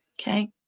Okay